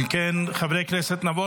אם כן, חברי הכנסת, נעבור